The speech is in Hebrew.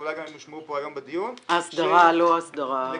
ואולי גם הן יושמעו כאן היום בדיון,